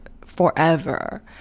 forever